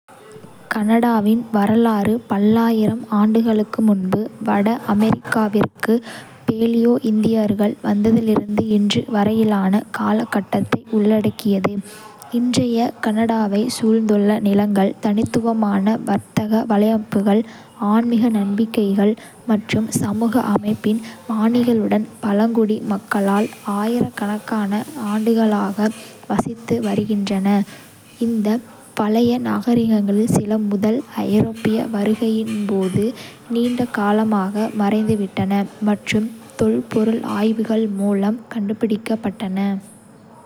கனடாவின் வரலாறு பல்லாயிரம் ஆண்டுகளுக்கு முன்பு வட அமெரிக்காவிற்கு பேலியோ-இந்தியர்கள் வந்ததிலிருந்து இன்று வரையிலான காலகட்டத்தை உள்ளடக்கியது. இன்றைய கனடாவைச் சூழ்ந்துள்ள நிலங்கள், தனித்துவமான வர்த்தக வலையமைப்புகள், ஆன்மீக நம்பிக்கைகள் மற்றும் சமூக அமைப்பின் பாணிகளுடன் பழங்குடி மக்களால் ஆயிரக்கணக்கான ஆண்டுகளாக வசித்து வருகின்றன. இந்த பழைய நாகரீகங்களில் சில முதல் ஐரோப்பிய வருகையின் போது நீண்ட காலமாக மறைந்துவிட்டன மற்றும் தொல்பொருள் ஆய்வுகள் மூலம் கண்டுபிடிக்கப்பட்டன.